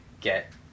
get